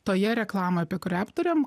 toje reklamoj apie kurią aptarėm